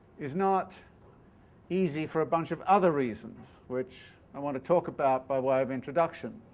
is not easy for a bunch of other reasons, which i want to talk about by way of introduction.